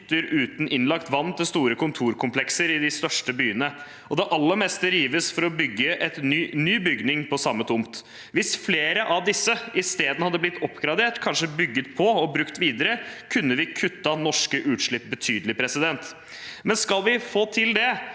uten innlagt vann til store kontorkomplekser i de største byene, og det aller meste rives for å bygge en ny bygning på samme tomt. Hvis flere av disse isteden hadde blitt oppgradert, kanskje bygget på, og brukt videre, kunne vi kuttet norske utslipp betydelig, men skal vi få til det,